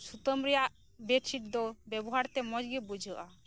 ᱥᱩᱛᱟᱹᱢ ᱨᱮᱭᱟᱜ ᱵᱮᱹᱰᱥᱤᱴ ᱫᱚ ᱵᱮᱵᱚᱦᱟᱨ ᱛᱮ ᱢᱚᱸᱡᱽ ᱜᱮ ᱵᱩᱡᱷᱟᱹᱜᱼᱟ